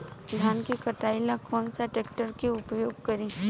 धान के कटाई ला कौन सा ट्रैक्टर के उपयोग करी?